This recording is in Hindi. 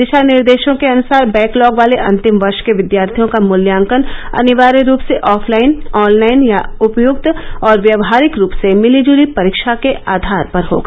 दिशा निर्देशों के अनुसार बैकलॉग वाले अंतिम वर्ष के विद्यार्थियों का मूल्यांकन अनिवार्य रूप से ऑफलाईन ऑनलाइन या उपयुक्त और व्यावहारिक रूप से मिली जुली परीक्षा के आधार पर होगा